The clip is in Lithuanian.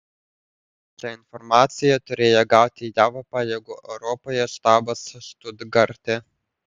šią informaciją turėjo gauti jav pajėgų europoje štabas štutgarte